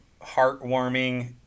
heartwarming